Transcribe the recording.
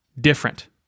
different